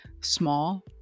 small